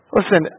Listen